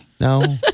No